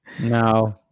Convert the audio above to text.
no